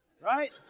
right